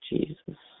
Jesus